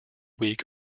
week